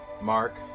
Mark